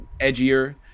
edgier